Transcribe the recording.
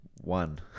one